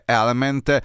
Element